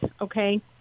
okay